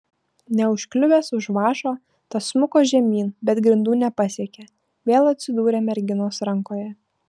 neužkliuvęs už vąšo tas smuko žemyn bet grindų nepasiekė vėl atsidūrė merginos rankoje